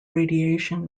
radiation